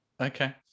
Okay